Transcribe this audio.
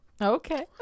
Okay